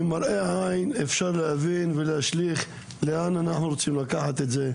ממראה עין אפשר להבין ולהשליך לאן אנחנו רוצים לקחת את זה.